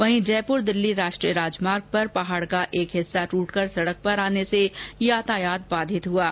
वहीं जयपुर दिल्ली राष्ट्रीय राजमार्ग पर पहाड़ का एक हिस्सा ट्रेटकर सड़क पर आने से यातायात बाधित हुआ है